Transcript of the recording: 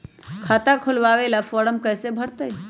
खाता खोलबाबे ला फरम कैसे भरतई?